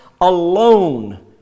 alone